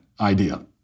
idea